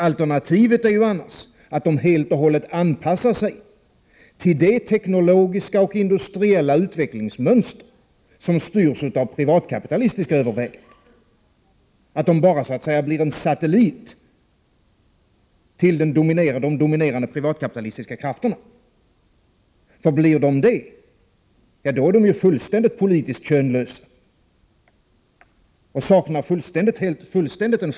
Alternativet är ju annars att löntagarfonderna helt och hållet anpassar sig till det teknologiska och industriella utvecklingsmönster som styrs av privatkapitalistiska överväganden, att de bara så att säga blir satelliter till de dominerande privatkapitalistiska krafterna. Och blir fonderna det, är de ju helt könlösa politiskt sett och saknar totalt en självständig roll.